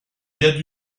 vient